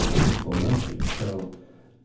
and typical notions. so,